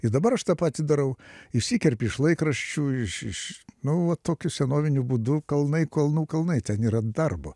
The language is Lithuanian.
ir dabar aš tą patį darau išsikerpi iš laikraščių iš iš nu va tokiu senoviniu būdu kalnai kalnų kalnai ten yra darbo